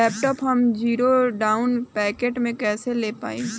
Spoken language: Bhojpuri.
लैपटाप हम ज़ीरो डाउन पेमेंट पर कैसे ले पाएम?